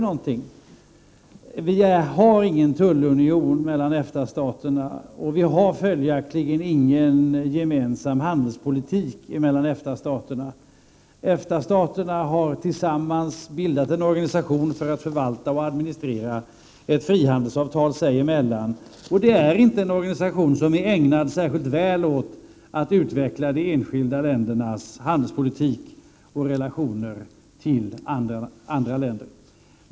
Det finns ingen tullunion mellan EFTA-staterna och följaktligen ingen gemensam handelspolitik mellan dem. EFTA-staterna har tillsammans bildat en organsiation för att förvalta och administrera ett frihandelsavtal sig emellan, och det är inte en organisation som är särskilt väl ägnad att utveckla de enskilda ländernas handelspolitik och relationer till andra länder.